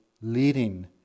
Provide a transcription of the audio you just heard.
leading